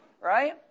right